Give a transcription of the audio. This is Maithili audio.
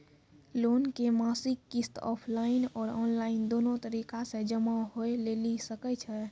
लोन के मासिक किस्त ऑफलाइन और ऑनलाइन दोनो तरीका से जमा होय लेली सकै छै?